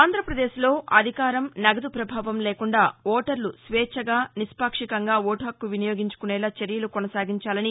ఆంధ్రాపదేశ్ లో అధికారం నగదు ప్రభావం లేకుండా ఓటర్లు స్వేచ్ఛగా నిస్పాక్షికంగా ఓటు హక్కు వినియోగించుకునేలా చర్యలు కొససాగించాలని